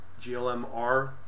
GLMR